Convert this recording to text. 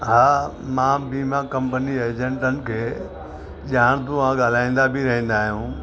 हा मां वीमा कंपनी एजंटनि खे ॼाणंदो आहियां ॻाल्हाईंदा बि रहंदा आहियूं